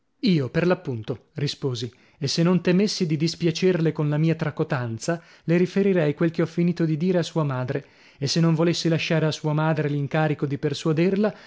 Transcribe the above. io per l'appunto risposi e se non temessi di dispiacerle con la mia tracotanza le riferirei quel che ho finito di dire a sua madre e se non volessi lasciare a sua madre l'incarico di persuaderla